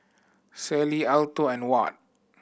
Sally Alto and Watt